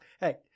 Hey